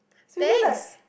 thanks